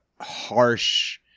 harsh